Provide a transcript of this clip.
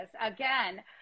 again